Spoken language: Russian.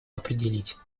определить